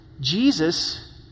Jesus